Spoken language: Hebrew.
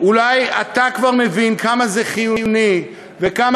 אולי אתה כבר מבין כמה זה חיוני וכמה